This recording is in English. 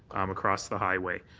across the highway.